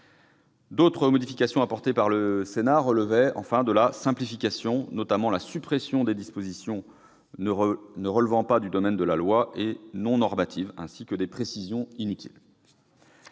D'autres modifications apportées par le Sénat relevaient de la simplification, notamment la suppression des dispositions ne ressortissant pas au domaine de la loi ou non normatives, ainsi que celle de précisions inutiles.